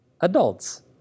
Adults